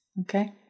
Okay